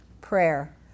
Prayer